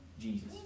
Jesus